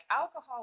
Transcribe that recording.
alcohol